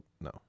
No